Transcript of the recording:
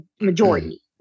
majority